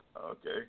Okay